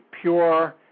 pure